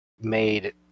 made